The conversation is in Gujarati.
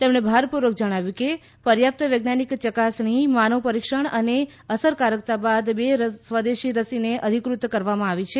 તેમણે ભારપૂર્વક જણાવ્યું કે પર્યાપ્ત વૈજ્ઞાનિક ચકાસણી માનવ પરીક્ષણ અને અસરકારકતા બાદ બે સ્વદેશી રસીને અધિકૃત કરવામાં આવી છે